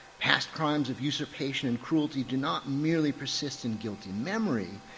past crimes of usurpation and cruelty do not merely persist in guilty memory.